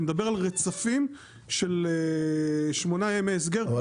אני מדבר על רצפים של שמונה ימי הסגר -- אבל